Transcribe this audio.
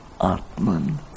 Atman